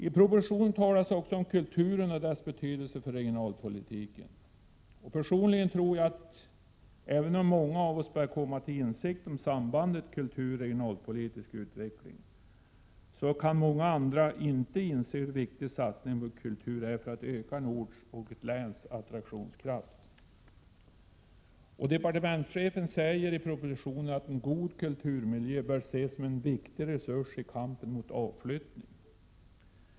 I propositionen talas också om kulturen och dess betydelse för regionalpolitiken. Personligen tror jag, att även om många börjar komma till insikt om sambandet mellan kultur och regionalpolitisk utveckling, kan många andra inte inse hur viktig satsningen på kultur är för att öka en orts och ett läns attraktionskraft. Departementschefen säger i propositionen att en god kulturmiljö bör ses som en viktig resurs i kampen mot avflyttning.